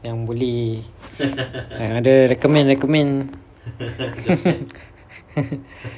yang boleh yang ada recommend recommend